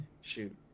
shoot